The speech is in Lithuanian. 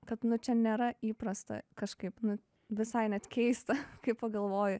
kad nu čia nėra įprasta kažkaip nu visai net keista kai pagalvoji